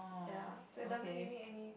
ya so it doesn't give me any